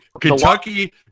Kentucky